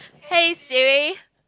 hey Siri